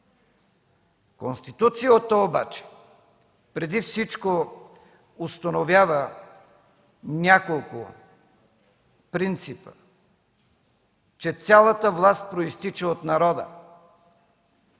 Конституцията обаче преди всичко установява няколко принципа: че цялата власт произтича от народа